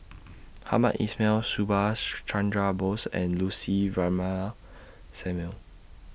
Hamed Ismail Subhas Chandra Bose and Lucy Ratnammah Samuel